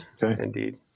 indeed